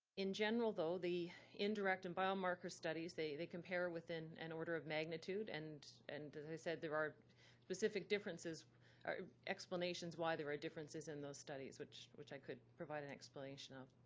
in general, though, the indirect and biomarker studies, they they compare within an order of magnitude and and they said there are specific differences explanations why there are differences in those studies, which which i could provide an explanation of.